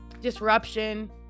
disruption